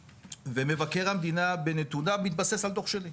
ומבקר המדינה בנתוניו מתבסס על דוח שלי.